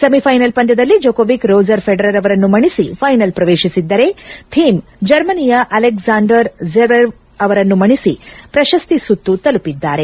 semifinal ಪಂದ್ಯದಲ್ಲಿ Djokovic Roger Federer ಅವರನ್ನು ಮಣಿಸಿ ಫ್ಲೆನಲ್ ಪ್ರವೇತಿಸಿದ್ದರೆ ಥೀಮ್ ಜರ್ಮನಿಯ ಅಲೆಕ್ಸಾಂಡರ್ ಜ್ಲೆರೆವ್ ಅವರನ್ನು ಮಣಿಸಿ ಪ್ರಶಸ್ತಿ ಸುತ್ತು ತಲುಪಿದ್ದಾರೆ